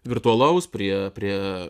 virtualaus prie prie